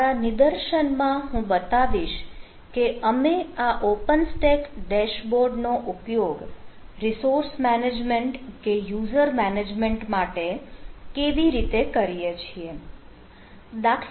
મારા નિદર્શન માં હું બતાવીશ કે અમે આ ઓપન સ્ટેક ડેશબોર્ડનો ઉપયોગ રિસોર્સ મેનેજમેન્ટ કે યુઝર મેનેજમેન્ટ માટે કેવી રીતે કરીએ છીએ